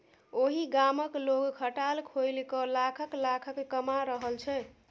ओहि गामक लोग खटाल खोलिकए लाखक लाखक कमा रहल छै